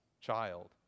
child